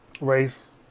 Race